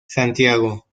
santiago